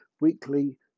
weekly